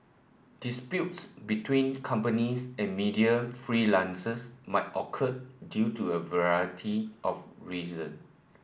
disputes between companies and media freelancers might occur due to a variety of reason